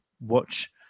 watch –